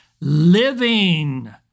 Living